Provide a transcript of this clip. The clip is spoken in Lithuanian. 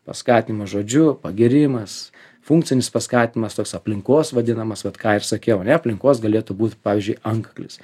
paskatinimas žodžiu pagyrimas funkcinis paskatinimas toks aplinkos vadinamas vat ką ir sakiau ane aplinkos galėtų būt pavyzdžiui antkaklis